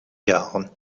jahren